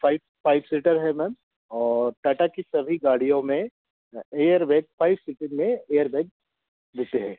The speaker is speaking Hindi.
फ़ाइव सीटर है मैम और टाटा की सभी गाड़ियों में एयरबैग फ़ाइव सीटेड़ में एयरबैग मिलते हैं